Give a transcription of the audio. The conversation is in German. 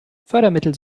fördermittel